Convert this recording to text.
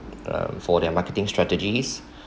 uh for their marketing strategies